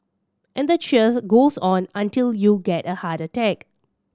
and the cheers goes on until you get a heart attack